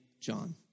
John